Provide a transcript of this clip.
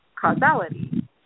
causality